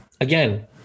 again